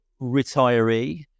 retiree